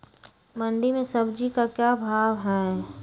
मंडी में सब्जी का क्या भाव हैँ?